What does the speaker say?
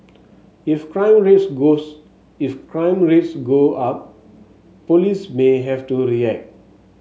if crime rates goes if crime rates go up police may have to react